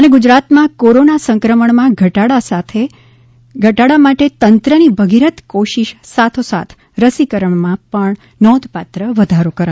ૈ ગુજરાતમાં કોરોના સંક્રમણમાં ઘટાડા માટે તંત્રની ભગીરથ કોશિશ સાથોસાથ રસીકરણમાં પણ નોંધપાત્ર વધારો કરાયો